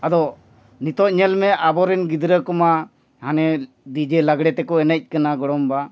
ᱟᱫᱚ ᱱᱤᱛᱳᱜ ᱧᱮᱞ ᱢᱮ ᱟᱵᱚᱨᱮᱱ ᱜᱤᱫᱽᱨᱟᱹ ᱠᱚᱢᱟ ᱦᱟᱱᱮ ᱞᱟᱜᱽᱬᱮ ᱛᱮᱠᱚ ᱮᱱᱮᱡ ᱠᱟᱱᱟ ᱜᱚᱲᱚᱢ ᱵᱟᱵᱟ